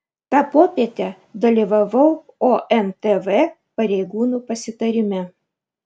tą popietę dalyvavau ontv pareigūnų pasitarime